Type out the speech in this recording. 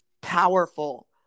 powerful